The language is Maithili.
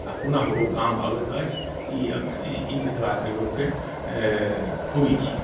आ पुनः ओ गाम अबैत अछि ई ई मिथिलाके लोकके खूबी छी